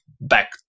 back